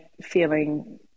feeling